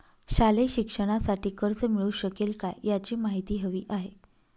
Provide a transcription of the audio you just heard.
शालेय शिक्षणासाठी कर्ज मिळू शकेल काय? याची माहिती हवी आहे